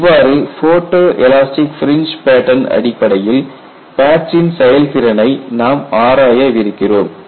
இவ்வாறு photoelastic fringe pattern அடிப்படையில் பேட்ச்சின் செயல்திறனை நாம் ஆராயவிருக்கிறோம்